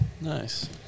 Nice